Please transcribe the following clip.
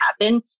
happen